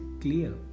clear